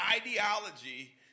ideology